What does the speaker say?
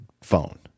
phone